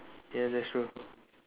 ya that's true